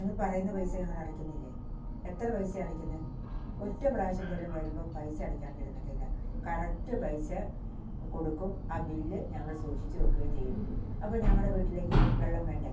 നിങ്ങൾ പറയുന്ന പൈസ ഞങ്ങൾ അടക്കുന്നില്ലേ എത്ര പൈസയാണ് അടയ്ക്കുന്നത് ഒറ്റ പ്രാവശ്യം പോലും വരുമ്പോൾ പൈസ അടയ്ക്കാണ്ട് ഇരുന്നിട്ടില്ല കറക്റ്റ് പൈസ കൊടുക്കും ആ ബില്ല് ഞങ്ങൾ സൂക്ഷിച്ചു വയ്ക്കുകയും ചെയ്യും അപ്പം ഞങ്ങളുടെ വീട്ടിലേക്ക് വെള്ളം വേണ്ടേ